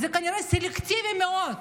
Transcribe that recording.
אז זה כנראה סלקטיבי מאוד.